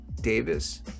Davis